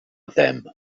them